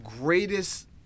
greatest